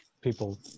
people